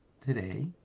today